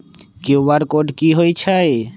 QR code कि हई छई?